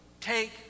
take